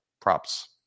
Props